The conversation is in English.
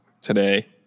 today